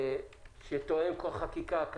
תיאום חקיקה.